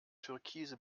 türkise